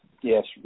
Yes